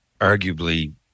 arguably